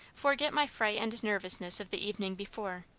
forget my fright and nervousness of the evening before.